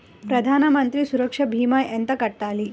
ప్రధాన మంత్రి సురక్ష భీమా ఎంత కట్టాలి?